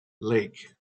lake